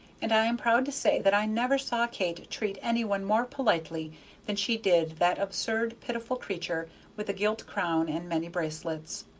and i am proud to say that i never saw kate treat any one more politely than she did that absurd, pitiful creature with the gilt crown and many bracelets.